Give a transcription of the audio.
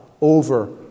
over